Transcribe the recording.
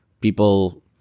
people